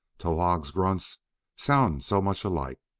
towahg's grunts sound so much alike,